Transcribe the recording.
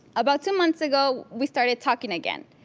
about two months ago, we started talking again.